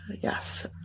Yes